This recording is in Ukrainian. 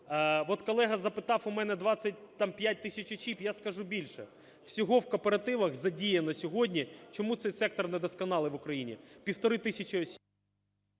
От колега запитав у мене, 25 там тисяч осіб, я скажу більше. Всього в кооперативах задіяно сьогодні, – чому цей сектор недосконалий в Україні,